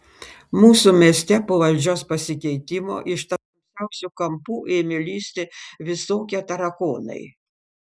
mūsų mieste po valdžios pasikeitimo iš tamsiausių kampų ėmė lįsti visokie tarakonai